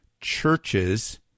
Churches